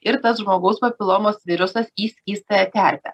ir tas žmogaus papilomos virusas į skystąją terpę